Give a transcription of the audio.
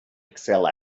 excel